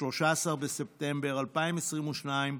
13 בספטמבר 2022,